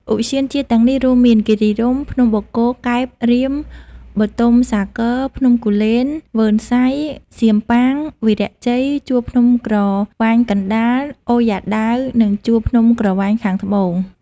ឧទ្យានជាតិទាំងនេះរួមមាន គិរីរម្យ ភ្នំបូកគោ កែប រាម បុទុមសាគរ ភ្នំគូលែន វ៉ឺនសៃ សៀមប៉ាង វីរៈជ័យ ជួរភ្នំក្រវាញកណ្តាល អូយ៉ាដាវ និងជួរភ្នំក្រវាញខាងត្បូង។